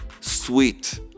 sweet